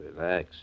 Relax